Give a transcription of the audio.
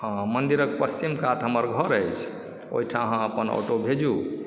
हँ मन्दिरक पच्छिम कात हमर घर अछि ओहिठाम अहाँ अपन ऑटो भेजू